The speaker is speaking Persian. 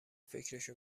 فکرشو